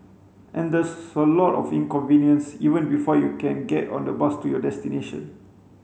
and there's a lot of inconvenience even before you can get on the bus to your destination